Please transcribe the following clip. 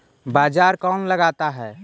बाजार कौन लगाता है?